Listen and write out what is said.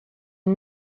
yng